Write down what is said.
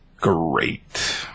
great